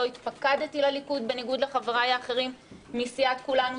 לא התפקדתי לליכוד בניגוד לחבריי האחרים מסיעת כולנו,